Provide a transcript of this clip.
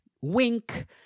wink